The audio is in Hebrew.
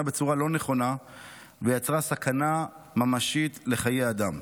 בצורה לא נכונה ויצרה סכנה ממשית לחיי אדם.